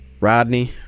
Rodney